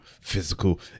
physical